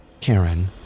Karen